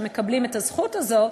מי מקבל את הזכות הזו,